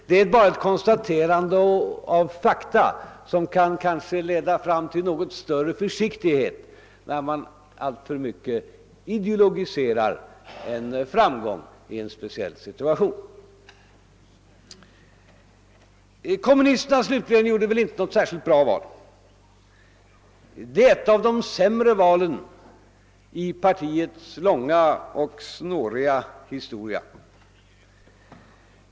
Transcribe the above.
Det är bara ett konstaterande av fakta som måhända kan leda fram till något större försiktighet när man alltför mycket ideologiserar en framgång i en speciell situation. Kommunisterna slutligen gjorde väl inte något särskilt bra val — det är ett av de sämre valen i partiets långa och snåriga historia.